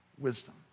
wisdom